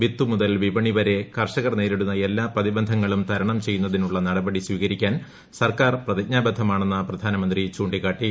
വിത്ത് മുതൽ വിപണി വരെ കർഷകർ നേരിടുന്ന എല്ലാ പ്രതിബന്ധങ്ങളും തരണര്ട് ചെയ്യുന്നതിനുള്ള നടപടി സ്വീകരിക്കാൻ സർക്കാർ പ്രതിജ്ഞാബൃദ്ധ്മാട്ട്ണെന്ന് പ്രധാനമന്ത്രി ചൂണ്ടിക്കാട്ടി